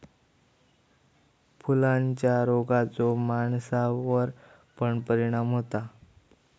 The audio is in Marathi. फुलांच्या रोगाचो माणसावर पण परिणाम होता